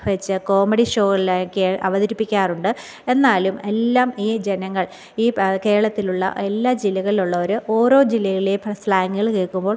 വെച്ച് കോമഡി ഷോകളിലൊക്കെ അവതരിപ്പിക്കാറുണ്ട് എന്നാലും എല്ലാം ഈ ജനങ്ങൾ ഈ കേരളത്തിലുള്ള എല്ലാ ജില്ലകളിലുള്ളവർ ഓരോ ജില്ലകളിലെ പല സ്ലാങ്ങുകൾ കേൾക്കുമ്പോൾ